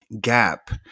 gap